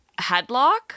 headlock